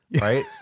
right